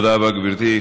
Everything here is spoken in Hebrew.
תודה רבה, גברתי.